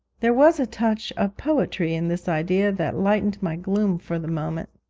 there was a touch of poetry in this idea that lightened my gloom for the moment.